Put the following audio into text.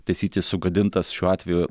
taisyti sugadintas šiuo atveju